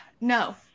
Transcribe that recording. no